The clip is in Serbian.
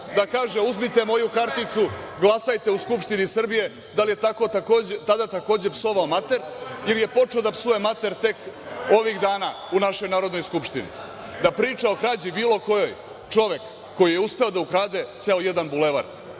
da kaže – uzmite moju karticu, glasajte u Skupštini Srbije, da li tada takođe psovao mater ili počeo da psuje mater tek ovih dana u našoj Narodnoj skupštini. Da priča o krađi bilo kojoj čovek koji je uspeo da ukrade ceo jedan bulevar,